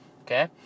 Okay